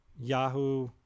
Yahoo